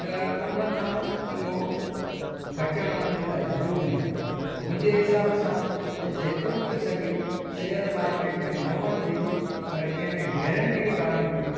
त उन खां इहो बचणु उन्हनि जे लाइ ज़रूरी आहे मुंहिंजे हिसाब सां त जेतिरो थी सघे शेयर मार्केट में न वञिजे पर कंहिं में गेरंटी वारनि में